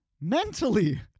mentally